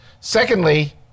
Secondly